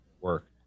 work